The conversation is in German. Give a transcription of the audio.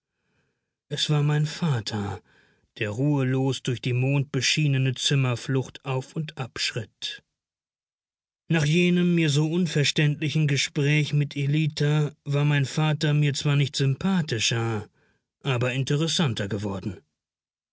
es war mein vater der ruhelos durch die mondbeschienene zimmerflucht auf und ab schritt nach jenem mir so unverständlichen gespräch mit ellita war mein vater mir zwar nicht sympathischer aber interessanter geworden